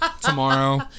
tomorrow